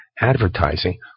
advertising